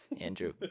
Andrew